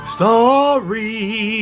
sorry